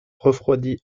refroidi